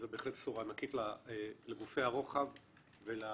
זו בהחלט בשורה ענקית לגופי הרוחב ולאיגודים.